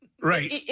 right